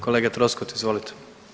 Kolega Troskot, izvolite.